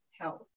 health